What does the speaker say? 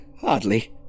Hardly